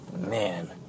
man